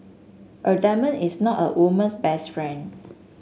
a diamond is not a woman's best friend